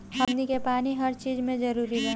हमनी के पानी हर चिज मे जरूरी बा